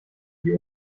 die